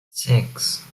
sechs